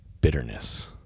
bitterness